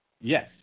Yes